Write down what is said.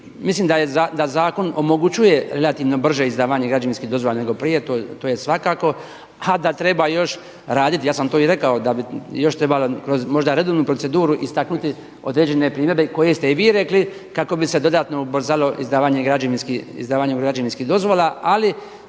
mislim da zakon omogućuje relativno brže izdavanje građevinskih dozvola nego prije, to je svakako a da treba još raditi, ja sam to i rekao da bi još trebalo možda kroz redovnu proceduru istaknuti određene primjedbe koje ste i vi rekli kako bi se dodatno ubrzalo izdavanje građevinskih dozvola ali